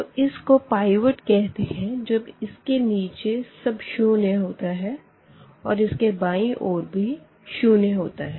तो इस को पाइवट कहते है जब इसके नीचे सब शून्य होता है और इसके बायीं ओर भी शून्य होता है